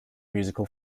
musical